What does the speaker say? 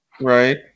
right